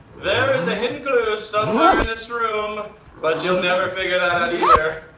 there is a hidden clue somewhere in this room but you'll never figure that out either.